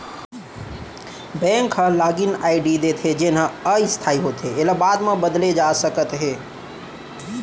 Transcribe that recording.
bank ह login ID देथे जेन ह अस्थाई होथे एला बाद म बदले जा सकत हे